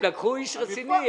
הם לקחו איש רציני,